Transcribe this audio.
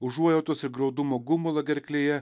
užuojautos ir graudumo gumulą gerklėje